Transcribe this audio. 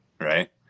Right